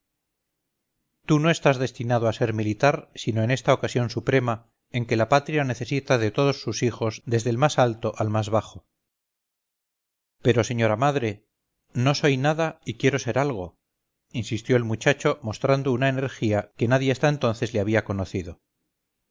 tú no estás destinado a ser militar sino en esta ocasión suprema en que la patria necesita de todos sus hijos desde el más alto al más bajo pero señora madre no soy nada y quiero ser algo insistió el muchacho mostrando una energía que nadie hasta entonces le había conocido